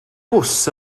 bws